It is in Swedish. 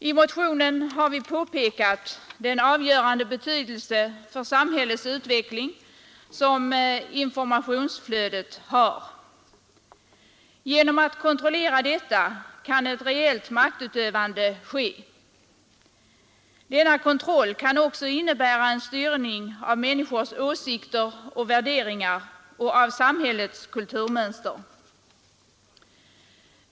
I motionen har vi påpekat den avgörande betydelse för samhällets utveckling som informationsflödet har. Genom att kontrollera detta kan ett reellt maktutövande ske. Denna kontroll kan också innebära en styrning av människors åsikter och värderingar och av samhällets kulturmönster.